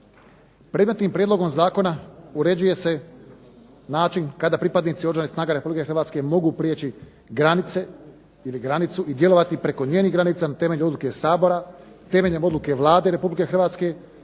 Predmetni prijedlogom zakona uređuje se način kada pripadnici Oružanih snaga Republike Hrvatske mogu prijeći granice ili granicu i djelovati preko njenih granica na temelju odluke Sabora, temeljem odluke Vlade Republike Hrvatske